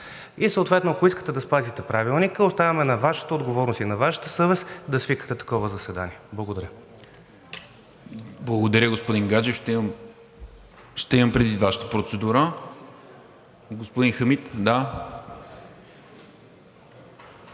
Съответно ако искате да спазите Правилника, оставяме на Вашата отговорност и на Вашата съвест да свикате такова заседание. Благодаря. ПРЕДСЕДАТЕЛ НИКОЛА МИНЧЕВ: Благодаря, господин Гаджев. Ще имам предвид Вашата процедура. Господин Хамид.